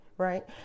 Right